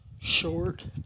short